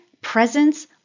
presence